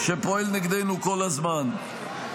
שפועל נגדנו כל הזמן.